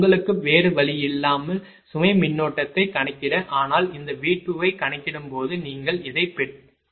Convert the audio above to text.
உங்களுக்கு வேறு வழியில்லாமல் சுமை மின்னோட்டத்தைக் கணக்கிட ஆனால் இந்த V2 ஐக் கணக்கிடும்போது நீங்கள் இதைப் பெற்றீர்கள்